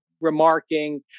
remarking